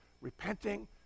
repenting